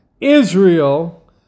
Israel